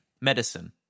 Medicine